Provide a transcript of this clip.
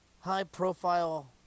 high-profile